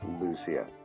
Lucia